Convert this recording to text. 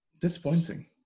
Disappointing